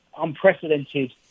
unprecedented